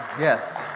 Yes